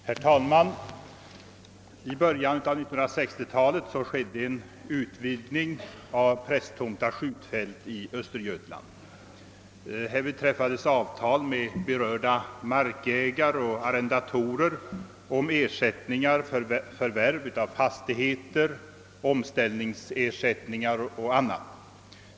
Herr talman! I början av 1960-talet skedde en utvidgning av Prästtomta skjutfält i Östergötland. Härvid träffades avtal med berörda markägare och arrendatorer om ersättningar för förvärv av fastigheter, omställningsersättningar och annat.